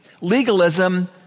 legalism